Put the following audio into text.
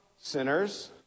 sinners